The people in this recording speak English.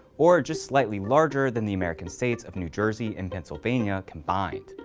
or just slightly larger than the american states, of new jersey and pennsylvania combined.